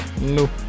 No